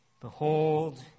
Behold